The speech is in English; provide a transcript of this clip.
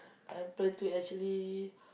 I plan to actually